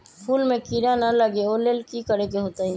फूल में किरा ना लगे ओ लेल कि करे के होतई?